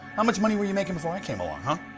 how much money were you making before i came along, huh?